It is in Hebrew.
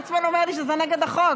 ליצמן אומר לי שזה נגד החוק.